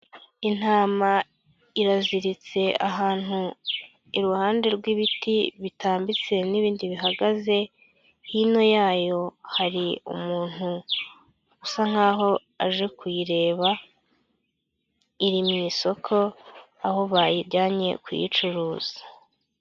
Intama iraziritse ahantu iruhande rw'ibiti bitambitse n'ibindi bihagaze, hino yayo hari umuntu usa nkaho aje kuyireba, iri mu isoko aho bayijyanye kuyicuruza.